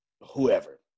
whoever